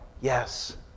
Yes